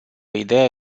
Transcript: ideea